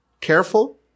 careful